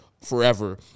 forever